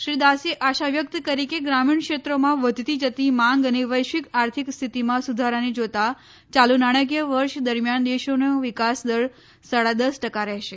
શ્રી દાસે આશા વ્યક્ત કરી કે ગ્રામીણ ક્ષેત્રોમાં વધતી જતી માંગ અને વૈશ્વિક આર્થિક સ્થિતિમાં સુધારાને જોતા ચાલુ નાણાંકીય વર્ષ દરમિયાન દેશનો વિકાસદર સાડા દસ ટકા રહેશે